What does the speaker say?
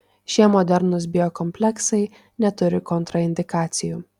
šie modernūs biokompleksai neturi kontraindikacijų